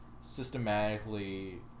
systematically